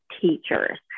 teachers